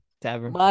Tavern